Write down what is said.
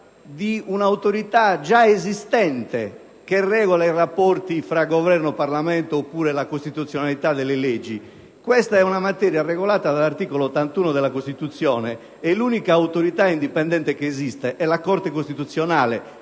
di un'autorità già esistente che regola i rapporti fra Governo e Parlamento oppure la costituzionalità delle leggi. Questa è una materia regolata dell'articolo 81 della Costituzione e l'unica autorità indipendente che esiste è la Corte costituzionale;